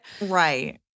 Right